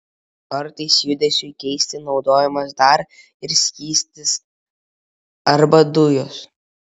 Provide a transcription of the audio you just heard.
kartais judesiui keisti naudojamas dar ir skystis arba dujos